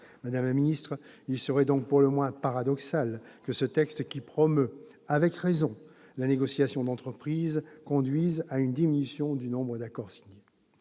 madame la ministre. Il serait donc pour le moins paradoxal que ce texte, qui promeut avec raison la négociation d'entreprise, conduise à une diminution du nombre d'accords signés.